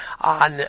on